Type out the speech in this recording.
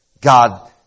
God